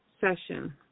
session